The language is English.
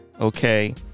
okay